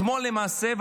אתמול למעשה,